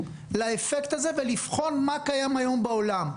לאפקט הזה ולבחון מה קיים היום בעולם.